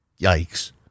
Yikes